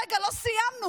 רגע, לא סיימנו.